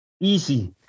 easy